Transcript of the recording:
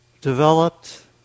developed